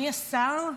מי השר?